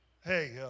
Hey